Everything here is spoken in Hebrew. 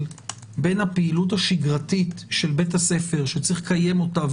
בין הפעילות השגרתית של בית הספר שצריך לקיים אותה,